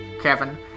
Kevin